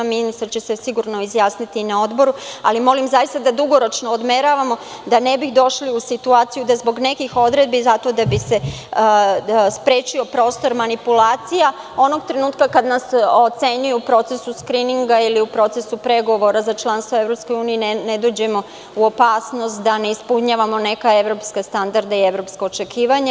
Ministar će se sigurno izjasniti i na Odboru, ali molim da dugoročno odmeravamo, da ne bi došli u situaciju da zbog nekih odredbi, da bi se sprečio prostor za manipulaciju, onog trenutka kada nas ocenjuju u procesu skrininga ili procesu pregovora za članstvo u EU da ne dođemo u opasnost da ne ispunjavamo neke evropske standarde i očekivanja.